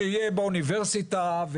שיהיה באוניברסיטה,